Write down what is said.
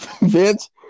Vince